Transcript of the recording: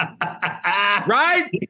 Right